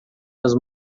das